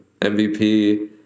MVP